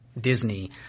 Disney